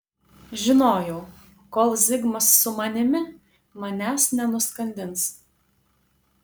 žinojau kol zigmas su manimi manęs nenuskandins